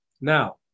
Now